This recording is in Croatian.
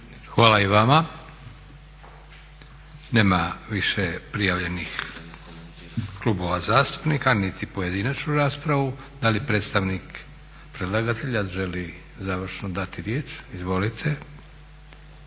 Hvala i vama. Nema više prijavljenih klubova zastupnika niti pojedinačne rasprave. Da li predstavnika predlagatelja završno dati riječ? Izvolite.